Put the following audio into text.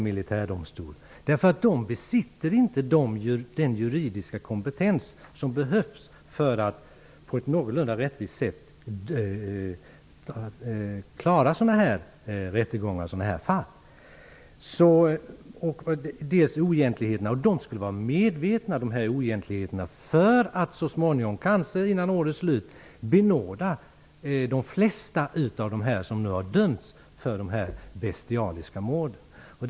De militärer som ingår i en sådan domstol besitter ju inte den juridiska kompetens som behövs vid en rättegång för att på ett någorlunda rättvist sätt handha sådana här fall. De oegentligheter som förekommit här skulle alltså vara medvetna för att man så småningom -- kanske före årets slut -- skulle kunna benåda de flesta av dem som dömts för dessa bestialiska mord.